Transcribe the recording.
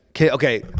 okay